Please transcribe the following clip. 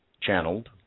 channeled